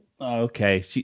Okay